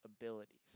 abilities